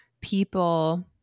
people